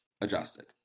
adjusted